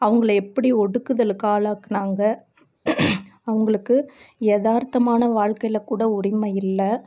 அவங்கள எப்படி ஒடுக்குதலுக்கு ஆளாக்குனாங்க அவங்களுக்கு எதார்த்தமான வாழ்க்கையில் கூட உரிமை இல்லை